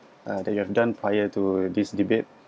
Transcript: uh that you have done prior to this debate